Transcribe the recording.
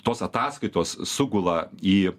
tos ataskaitos sugula į